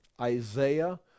Isaiah